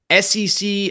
SEC